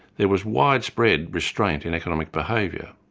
there was widespread restraint in economic behaviour.